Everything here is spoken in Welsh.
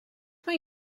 mae